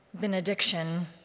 benediction